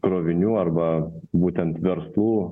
krovinių arba būtent verslų